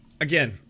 again